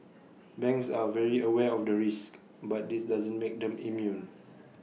banks are very aware of the risks but this doesn't make them immune